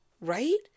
right